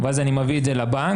ואז אני מביא את זה לבנק,